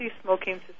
smoking